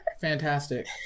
Fantastic